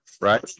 right